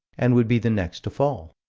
and would be the next to fall.